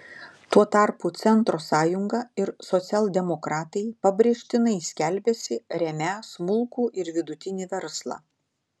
tuo tarpu centro sąjunga ir socialdemokratai pabrėžtinai skelbiasi remią smulkų ir vidutinį verslą